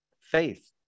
Faith